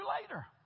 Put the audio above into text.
later